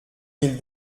mille